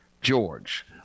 George